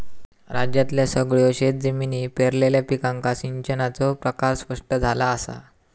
राज्यातल्यो सगळयो शेतजमिनी पेरलेल्या पिकांका सिंचनाचो प्रकार स्पष्ट झाला असा